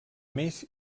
més